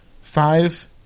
Five